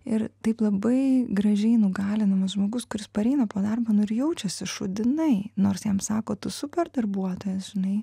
ir taip labai gražiai nugalinamas žmogus kuris pareina po darbo nu ir jaučiuosi šūdinai nors jam sako tu super darbuotojas žinai